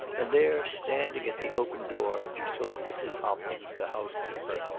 and there, standing at the open door, he saw mrs. hopkins, the housekeeper,